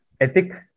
ethics